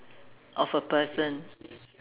of a person